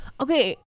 Okay